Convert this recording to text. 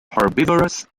herbivorous